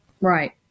Right